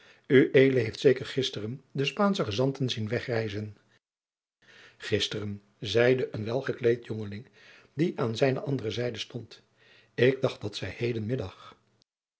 ued heeft zeker gisteren de spaansche gezanten zien wegreizen gisteren zeide een welgekleed jongeling die aan zijne andere zijde stond ik dacht dat zij heden middag